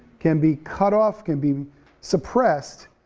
can be cut off, can be suppressed,